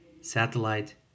Satellite